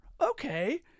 Okay